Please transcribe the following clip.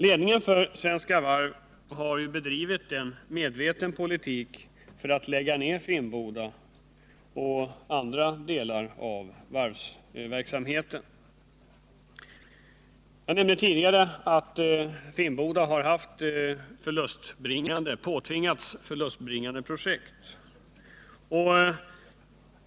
Ledningen för Svenska Varv har bedrivit en medveten politik för att lägga ner Finnboda och andra delar av varvsverksamheten. Jag nämnde tidigare att Finnboda har påtvingats förlustbringande projekt.